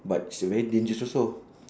but is a very dangerous also